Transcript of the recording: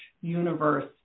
universe